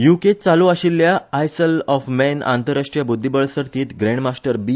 युकेंत चालू आशिल्ल्या आयसल ऑफ मॅन आंतरराष्ट्रीय बुध्दीबळ सर्तीत ग्रँडमास्टर बी